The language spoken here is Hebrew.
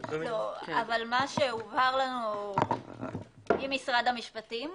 -- מה שהובהר לנו עם משרד המשפטים,